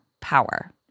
power